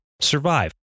survive